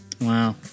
Wow